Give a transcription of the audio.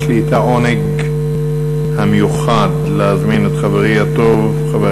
יש לי העונג המיוחד להזמין את חברי הטוב חבר